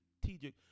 strategic